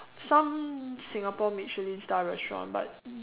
some Singapore Michelin star restaurant but